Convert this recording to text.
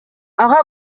ага